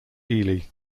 ely